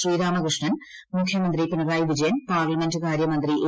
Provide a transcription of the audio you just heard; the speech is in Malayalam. ശ്രീരാമകൃഷ്ണൻ ക്മൂഖൃമന്ത്രി പിണറായി വിജയൻ പാർലമെന്റ് കാര്യ മന്ത്രി എ